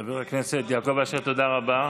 חבר הכנסת יעקב אשר, תודה רבה.